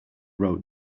wrote